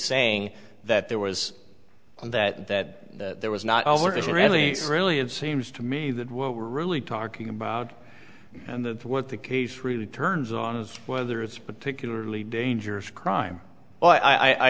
saying that there was that that there was not really really it seems to me that what we're really talking about and that's what the case really turns on is whether it's particularly dangerous crime but i